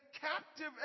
captive